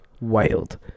Wild